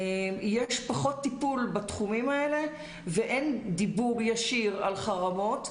יש פחות טיפול בתחומים האלה ואין דיבור ישיר על חרמות,